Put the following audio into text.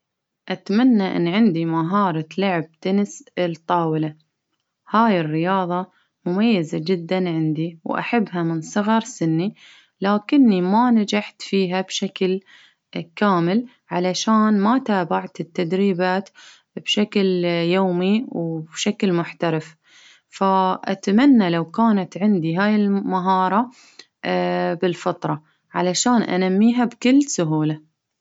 أتمنى إن عندي مهارة لعب تنس الطاولة، هاي الرياضة مميزة جدا عندي، وأحبها من صغر سني، لكني ما نجحت فيها بشكل كامل، علشان ما تابعت التدريبات بشكل يومي وبشكل محترف، ف-أتمنى لو كانت عندي هاي المهارة بالفطرة، علشان أنميها بكل سهولة.